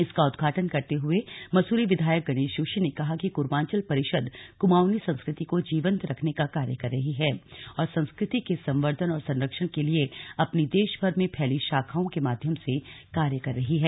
इसका उद्घाटन करते हुए मसूरी विधायक गणेश जोशी ने कहा कि कुर्मांचल परिषद कुमाऊंनी संस्कृति को जीवंत रखने का कार्य कर रही है और संस्कृति के संवर्धन और संरक्षण के लिए अपनी देश भर में फैली शाखाओं के माध्यम से कार्य कर रही है